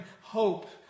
hope